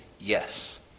yes